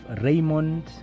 Raymond